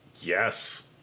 Yes